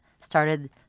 started